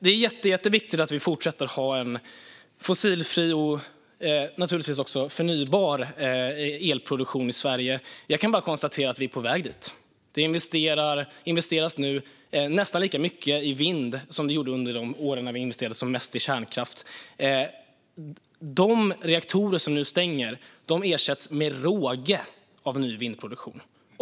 Det är jätteviktigt att vi fortsätter ha en fossilfri och naturligtvis också förnybar elproduktion i Sverige. Jag kan bara konstatera att vi är på väg dit. Det investeras nu nästan lika mycket i vind som det investerades i kärnkraft under åren det gjordes som mest. De reaktorer som nu stängs ersätts med råge av ny vindproduktion.